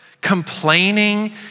Complaining